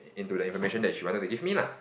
into the information that she wanted to give me lah